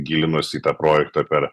gilinosi į tą projektą per